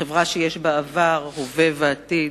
חברה שיש בה עבר, הווה ועתיד.